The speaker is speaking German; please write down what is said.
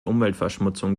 umweltverschmutzung